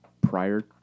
prior